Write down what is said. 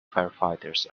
firefighters